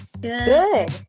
Good